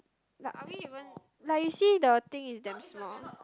like are we even like you see the thing is damn small